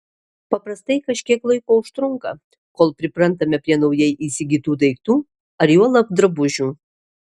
paprastai kažkiek laiko užtrunka kol priprantame prie naujai įsigytų daiktų ar juolab drabužių